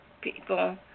people